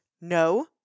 No